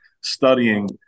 studying